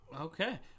Okay